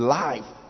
life